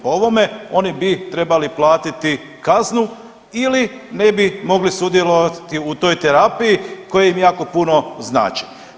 Po ovome oni bi trebali platiti kaznu ili ne bi mogli sudjelovati u toj terapiji koja im jako puno znači.